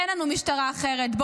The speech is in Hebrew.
אין לנו משטרה אחרת.